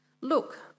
Look